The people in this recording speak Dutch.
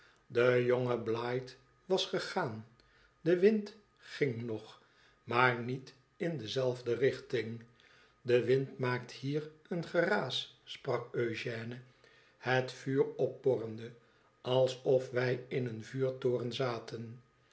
de jonge blight was gegaan de wind ging nog maar niet in dezelfde richting de wind maakt hier een geraas sprak eugène het vuur opporrende alsof wij in een vuurtoren zaten